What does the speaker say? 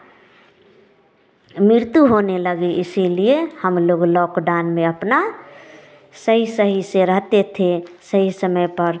मृत्यु होने लगी इसीलिए हम लोग लॉक डाउन में अपना सही सही से रहते थे सही समय पर